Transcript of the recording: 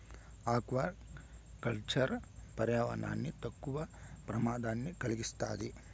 aqua culture పర్యావరణానికి తక్కువ ప్రమాదాన్ని కలిగిస్తాది